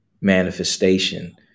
manifestation